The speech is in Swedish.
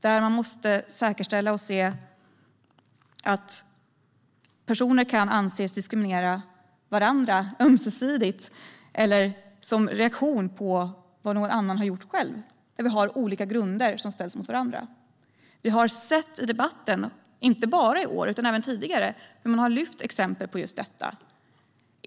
Där måste man säkerställa och se att personer kan anses diskriminera varandra ömsesidigt eller som en reaktion på vad någon annan har gjort och där olika grunder ställs mot varandra. Vi har sett i debatten, inte bara i år utan även tidigare, att man har lyft upp exempel på just detta.